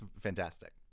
fantastic